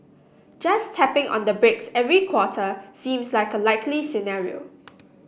just tapping on the brakes every quarter seems like a likely scenario